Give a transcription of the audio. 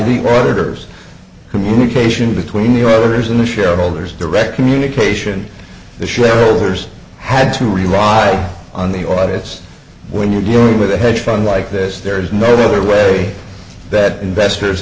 the orders communication between your orders and the shareholders direct communication the shareholders had to rely on the or august when you're dealing with a hedge fund like this there is no other way that investors